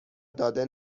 داده